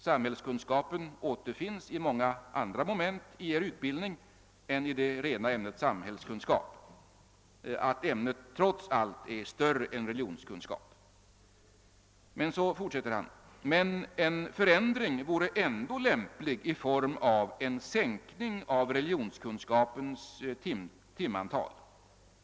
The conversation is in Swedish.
Samhällskunskapen återfinns i så många andra moment i er utbildning än i det rena ämnet samhällskunskap, att ämnet trots allt är större än religionskunskap.» Men så fortsätter han: »Men en förändring vore ändå lämplig i form av en sänkning av religionskunskapens timantal.